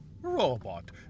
Robot